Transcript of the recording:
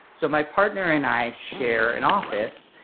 so my partner and i share an office.